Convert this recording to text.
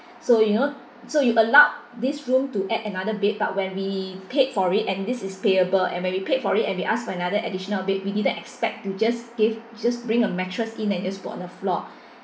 so you know so you allowed this room to add another bed but when we paid for it and this is payable and when we paid for it and we asked for another additional bed we didn't expect to just gave just bring a mattress in and put it on the floor